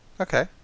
Okay